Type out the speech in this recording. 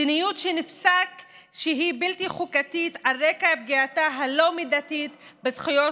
מדיניות שנפסק שהיא בלתי חוקתית על רקע פגיעתה הלא-מידתית בזכויות